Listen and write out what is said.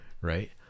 Right